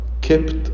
kept